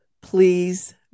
please